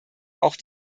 auch